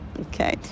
Okay